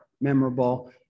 memorable